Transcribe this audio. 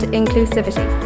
inclusivity